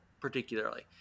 particularly